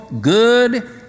good